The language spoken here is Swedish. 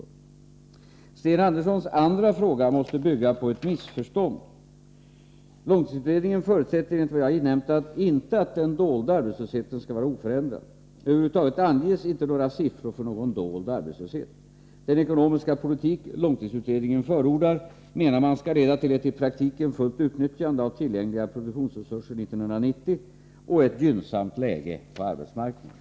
Sten Anderssons andra fråga måste bygga på ett missförstånd. Långtidsutredningen förutsätter enligt vad jag har inhämtat inte att den dolda arbetslösheten skall vara oförändrad. Över huvud taget anges inte några siffror för någon dold arbetslöshet. Den ekonomiska politik långtidsutredningen förordar menar man skall leda till ett i praktiken fullt utnyttjande av tillgängliga produktionsresurser 1990 och ett gynnsamt läge på arbetsmarknaden.